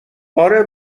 آره